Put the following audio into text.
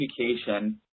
communication